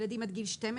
ילדים עד גיל 12,